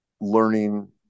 learning